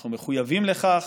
אנחנו מחויבים לכך.